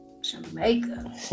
Jamaica